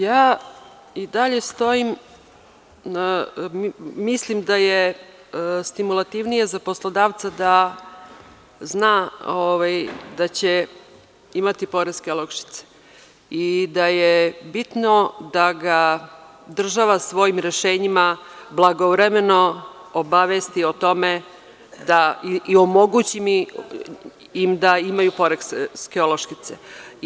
Ja i dalje stojim, mislim da je stimulativnije za poslodavca da zna da će imati poreske olakšice i da je bitno da ga država svojim rešenjima blagovremeno obavesti o tome i omogući im da imaju poreske olakšice.